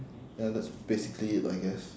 ya that's basically it I guess